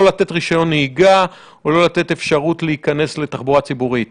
לא לתת רישיון נהיגה או לתת אפשרות להיכנס לתחבורה ציבורית